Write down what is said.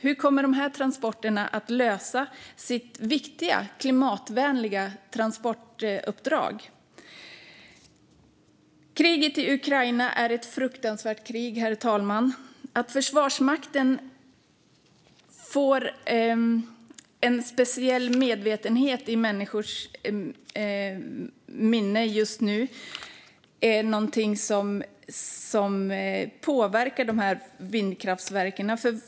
Hur kommer dessa transporter att lösa sitt viktiga och klimatvänliga transportuppdrag? Herr talman! Kriget i Ukraina är ett fruktansvärt krig, och människor har fått en speciell medvetenhet om Försvarsmakten just nu. Det påverkar dessa vindkraftverk.